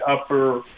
upper